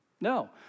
No